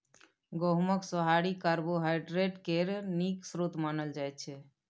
गहुँमक सोहारी कार्बोहाइड्रेट केर नीक स्रोत मानल जाइ छै